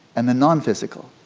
and the nonphysical?